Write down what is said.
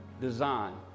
design